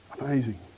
Amazing